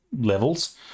levels